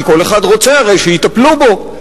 כי הרי כל אחד רוצה שיטפלו בו.